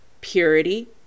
purity